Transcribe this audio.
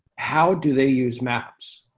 how do they use maps?